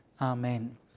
Amen